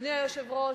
אדוני היושב-ראש,